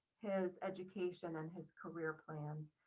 his education and his career plans.